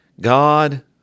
God